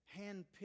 handpicked